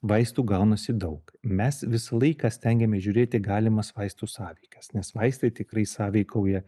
vaistų gaunasi daug mes visą laiką stengiamės žiūrėt į galimas vaistų sąveikas nes vaistai tikrai sąveikauja